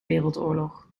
wereldoorlog